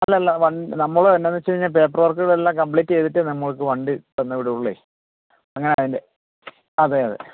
അല്ലല്ല വൺ നമ്മൾ എന്താണെന്ന് വെച്ചു കഴിഞ്ഞാൽ പേപ്പർ വർക്കുകളെല്ലാം കംപ്ലീറ്റ് ചെയ്തിട്ട് നമുക്ക് വണ്ടി തന്നു വിടുകയുള്ളു അങ്ങനെ അതിൻ്റെ അതെ അതെ